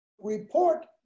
report